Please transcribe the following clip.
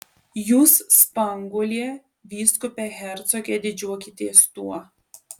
jūs spanguolė vyskupe hercoge didžiuokitės tuo